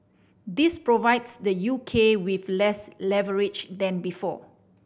this provides the U K with less leverage than before